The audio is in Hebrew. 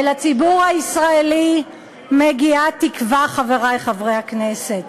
ולציבור הישראלי מגיעה תקווה, חברי חברי הכנסת,